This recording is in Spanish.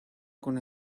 con